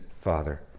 father